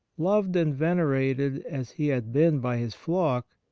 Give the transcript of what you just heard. loved and venerated as he had been by his flock,